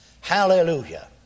Hallelujah